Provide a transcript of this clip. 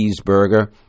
cheeseburger